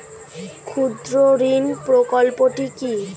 ক্ষুদ্রঋণ প্রকল্পটি কি?